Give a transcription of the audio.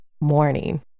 morning